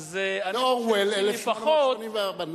אורוול, "1984".